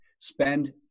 Spend